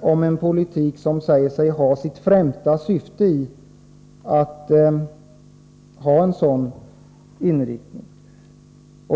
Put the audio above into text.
om en politik som sägs ha en social inriktning som sitt främsta syfte.